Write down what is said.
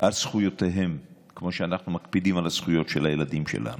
על זכויותיהם כמו שאנחנו מקפידים על הזכויות של הילדים שלנו.